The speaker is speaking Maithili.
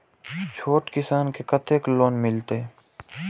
छोट किसान के कतेक लोन मिलते?